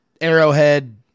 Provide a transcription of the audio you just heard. Arrowhead